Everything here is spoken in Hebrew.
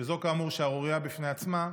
שזאת כאמור שערורייה בפני עצמה,